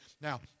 Now